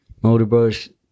Motorbrush